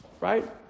right